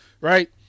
right